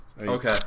Okay